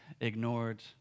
ignored